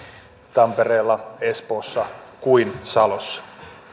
tampereella espoossa kuin myös salossa